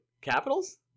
Capitals